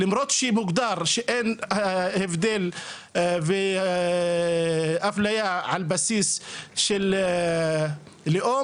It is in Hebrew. למרות שמוגדר שאין הבדל ואפליה על בסיס של לאום,